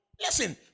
Listen